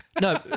No